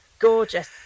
gorgeous